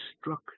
struck